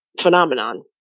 phenomenon